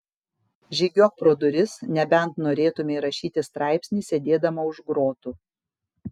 žygiuok pro duris nebent norėtumei rašyti straipsnį sėdėdama už grotų